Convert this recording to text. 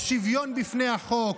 השוויון בפני החוק,